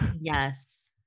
yes